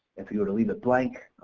if you were to leave it blank